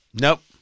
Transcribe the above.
Nope